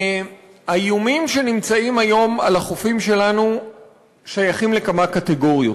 האיומים שנמצאים היום על החופים שלנו שייכים לכמה קטגוריות,